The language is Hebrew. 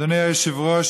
אדוני היושב-ראש,